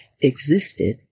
existed